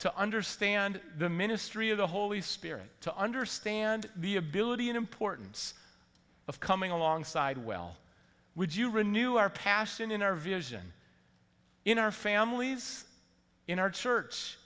to understand the ministry of the holy spirit to understand the ability in importance of coming alongside well would you renew our passion in our vision in our families in our church